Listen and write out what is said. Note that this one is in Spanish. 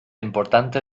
importante